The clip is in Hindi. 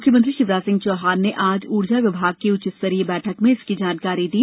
मुख्यमंत्री शिवराज सिंह चौहान ने आज ऊर्जा विभाग की उच्च स्तरीय बैठक में इसकी जानकारी दी